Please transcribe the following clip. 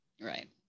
Right